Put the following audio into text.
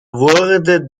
wurde